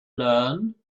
learn